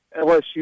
LSU